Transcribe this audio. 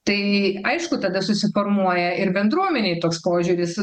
tai aišku tada susiformuoja ir bendruomenėj toks požiūris